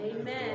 amen